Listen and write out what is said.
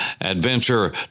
adventure